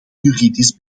juridisch